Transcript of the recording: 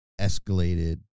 escalated